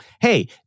hey